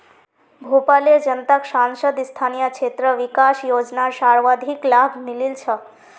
भोपालेर जनताक सांसद स्थानीय क्षेत्र विकास योजनार सर्वाधिक लाभ मिलील छ